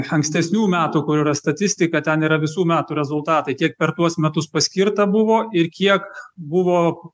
ankstesnių metų kur yra statistika ten yra visų metų rezultatai kiek per tuos metus paskirta buvo ir kiek buvo